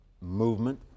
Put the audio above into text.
movement